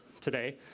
today